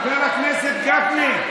חבר הכנסת גפני.